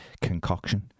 concoction